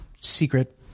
secret